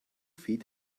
feed